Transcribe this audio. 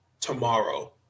tomorrow